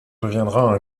deviendra